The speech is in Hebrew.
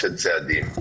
של צעדים,